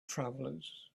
travelers